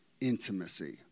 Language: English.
intimacy